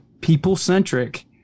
people-centric